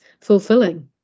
fulfilling